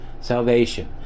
salvation